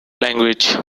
language